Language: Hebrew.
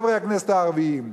חברי הכנסת הערבים?